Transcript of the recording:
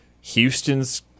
Houston's